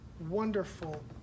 wonderful